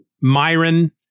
Myron